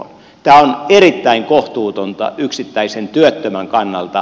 tämä on erittäin kohtuutonta yksittäisen työttömän kannalta